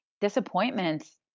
disappointments